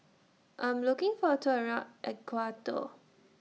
I'm looking For A Tour around Ecuador